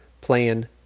plan